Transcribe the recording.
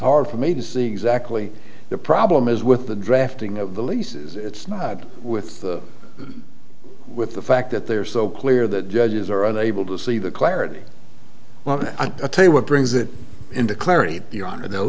hard for me to see exactly the problem is with the drafting of the leases it's not with with the fact that they are so clear that judges are unable to see the clarity well tell you what brings it into clarity you want to know